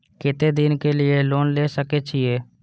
केते दिन के लिए लोन ले सके छिए?